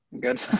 Good